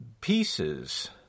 pieces